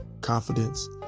confidence